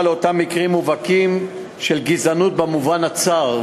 לאותם מקרים מובהקים של גזענות במובן הצר,